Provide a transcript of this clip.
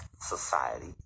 society